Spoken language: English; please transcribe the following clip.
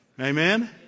Amen